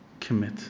commit